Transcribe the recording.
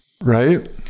right